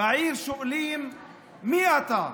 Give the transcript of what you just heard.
ובעיר שואלים מי אתה.